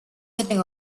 sitting